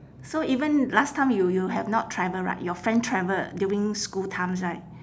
so even last time you you have not travel right your friend travel during school times right